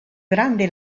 grande